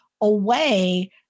away